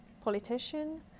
politician